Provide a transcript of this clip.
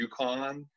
UConn